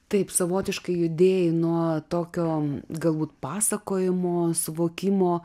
taip savotiškai judėjai nuo tokio galbūt pasakojimo suvokimo